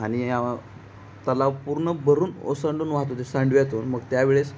आणि तलाव पूर्ण भरून ओसंडून वाहत होते सांडव्यातून मग त्यावेळेस